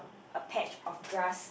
a patch of grass